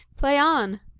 play on!